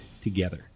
together